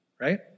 right